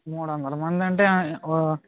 మూడు వందల మంది అంటే